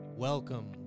Welcome